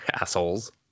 assholes